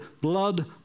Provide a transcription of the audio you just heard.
blood